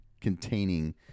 containing